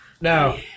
No